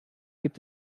gibt